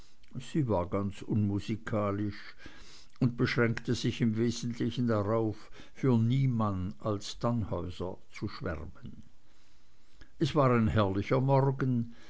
sie war ganz unmusikalisch und beschränkte sich im wesentlichen darauf für niemann als tannhäuser zu schwärmen es war ein herrlicher morgen